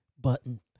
button